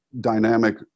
dynamic